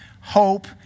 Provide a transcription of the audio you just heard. Hope